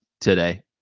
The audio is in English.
today